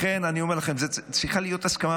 לכן, אני אומר לכם, זאת צריכה להיות הסכמה